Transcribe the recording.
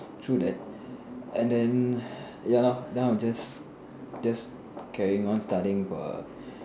true that and then ya lor now I just just carrying on studying for